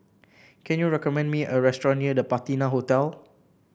can you recommend me a restaurant near The Patina Hotel